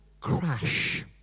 crash